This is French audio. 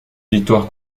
victoire